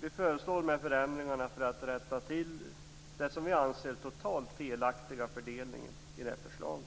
Vi föreslår dessa förändringar för att rätta till den, som vi anser, totalt felaktiga fördelningen i förslaget.